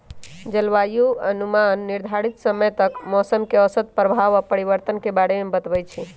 जलवायु अनुमान निर्धारित समय तक मौसम के औसत प्रभाव आऽ परिवर्तन के बारे में बतबइ छइ